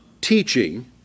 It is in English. teaching